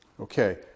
Okay